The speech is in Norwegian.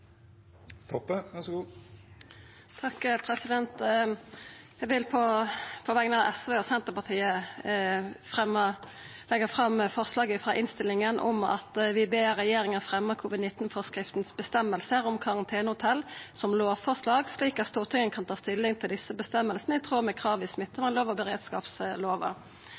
vil på vegner av SV og Senterpartiet leggja fram forslaget som står i innstillinga: «Stortinget ber regjeringen fremme covid-19-forskriftens bestemmelser om karantenehotell som lovforslag, slik at Stortinget kan ta stilling til disse bestemmelsene i tråd med kravet i smittevernloven og beredskapsloven.»